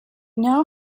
now